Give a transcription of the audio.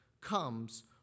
comes